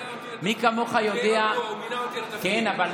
מי כמוך יודע, הוא מינה אותי לתפקיד.